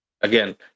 again